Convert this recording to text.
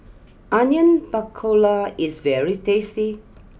Onion Pakora is very tasty